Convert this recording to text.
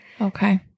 Okay